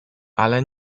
ale